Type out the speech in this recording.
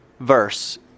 verse